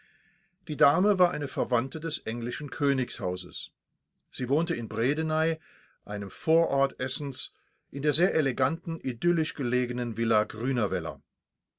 die dame war eine verwandte des englischen königshauses sie wohnte in bredeney einem vorort essens in der sehr eleganten idyllisch belegenen villa